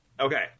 Okay